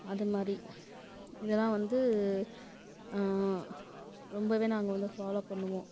அது மாதிரி இதெல்லாம் வந்து ரொம்பவே நாங்கள் வந்து ஃபாலோ பண்ணுவோம்